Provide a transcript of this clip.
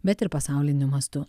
bet ir pasauliniu mastu